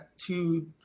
two